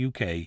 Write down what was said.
uk